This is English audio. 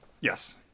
Yes